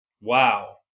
Wow